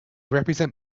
represent